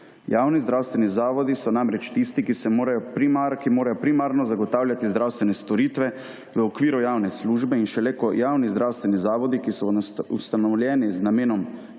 Javni zdravstveni zavodi so namreč tisti, ki morajo primarno zagotavljati zdravstvene storitve v okviru javne službe in šele ko javni zdravstveni zavodi, ki so ustanovljeni z namenom